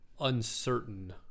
uncertain